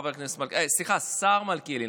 השר מלכיאלי,